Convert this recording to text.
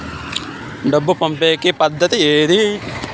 డబ్బు పంపేకి పద్దతి ఏది